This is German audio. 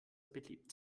beliebt